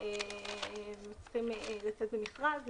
צריכים לצאת למכרז,